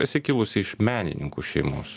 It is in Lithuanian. esi kilusi iš menininkų šeimos